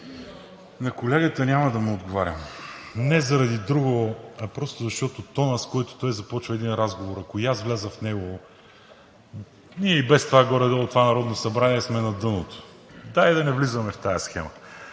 На колегата няма да му отговарям, не заради друго, а просто защото тонът, с който той започва един разговор, ако и аз вляза в него, ние и без това горе-долу това Народно събрание сме на дъното, дайте да не влизаме в тази схема.